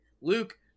Luke